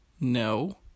No